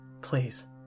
Please